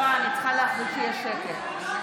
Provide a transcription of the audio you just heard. חברת הכנסת סטרוק,